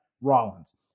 Rollins